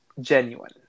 genuine